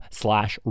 slash